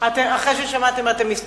אחרי, אחרי ששמעתם אתם מסתפקים.